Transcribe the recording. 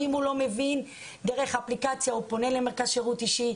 ואם הוא לא מבין דרך האפליקציה הוא פונה למרכז שירות אישי,